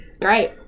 Great